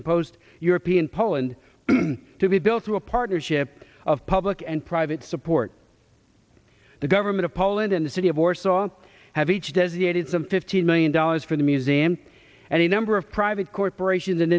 imposed european poland to be built through a partnership of public and private support the government of poland and the city of warsaw have each designated some fifteen million dollars for the museum and a number of private corporation tha